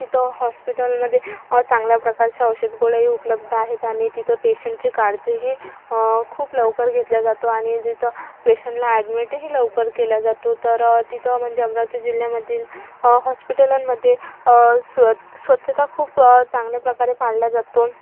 तिथं हॉस्पिटलमध्ये चांगल्या प्रकारचे औषध गोळ्याही उपलब्ध आहेत आणि तिथं पेशंटची काळजीही खूप लवकर घेतल्या जातो आणि जिथं पेशंटला ॲडमिटही लवकर केल्या जातो तर तिथं म्हणजे अमरावती जिल्ह्यामधील हॉस्पिटलांमध्ये स्व स्वच्छता खूप चांगल्या प्रकारे पाळल्या जातो